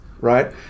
right